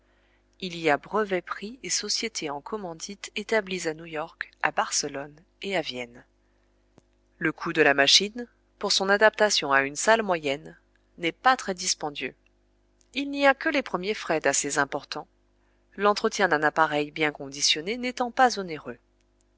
le coût de la machine pour son adaptation à une salle moyenne n'est pas très dispendieux il n'y a que les premiers frais d'assez importants l'entretien d'un appareil bien conditionné n'étant pas onéreux